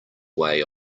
way